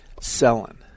selling